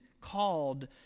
called